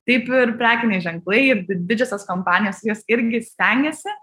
taip ir prekiniai ženklai ir didžiosios kompanijos jos irgi stengiasi